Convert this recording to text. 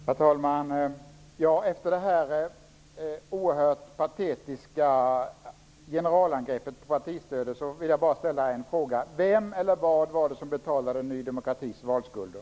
Herr talman! Efter detta oerhört patetiska generalangrepp på partistödet vill jag bara ställa en fråga: Vem eller vad var det som betalade Ny demokratis valskulder?